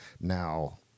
now